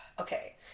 Okay